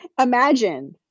Imagine